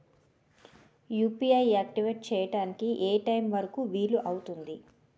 UPI activate చెయ్యడానికి ఏ time వరుకు వీలు అవుతుంది?